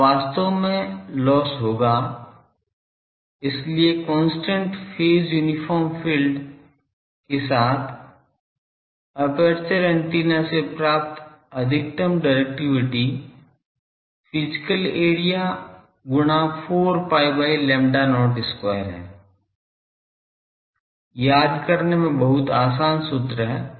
अब वास्तव में लॉस होगा इसलिए कांस्टेंट फेज यूनिफार्म फील्ड के साथ एपर्चर एंटीना से प्राप्त अधिकतम डिरेक्टिविटी फिजिकल एरिया गुणा 4 pi by lambda not square है याद करने में बहुत आसान सूत्र है